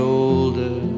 older